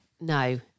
no